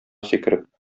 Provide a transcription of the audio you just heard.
сикереп